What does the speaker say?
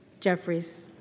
Jeffries